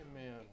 Amen